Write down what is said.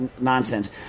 nonsense